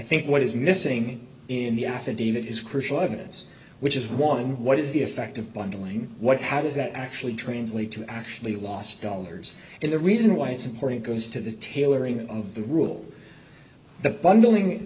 think what is missing in the affidavit is crucial evidence which is one what is the effect of bundling what how does that actually translate to actually lost dollars and the reason why it's important goes to the tailoring of the rules the bundling